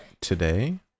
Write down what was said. today